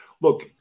look